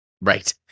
right